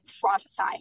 Prophesy